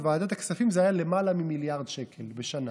בוועדת הכספים זה היה למעלה ממיליארד שקל בשנה.